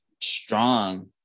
strong